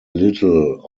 little